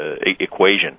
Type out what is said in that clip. equation